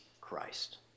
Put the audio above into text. Christ